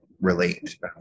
relate